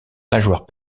nageoires